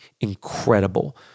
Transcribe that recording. incredible